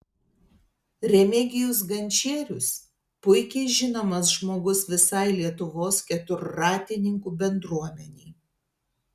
remigijus gančierius puikiai žinomas žmogus visai lietuvos keturratininkų bendruomenei